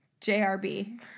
JRB